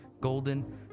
golden